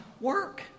work